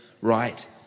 right